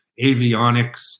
avionics